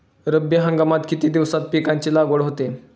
रब्बी हंगामात किती दिवसांत पिकांची लागवड होते?